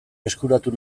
eskuratu